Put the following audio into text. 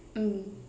mm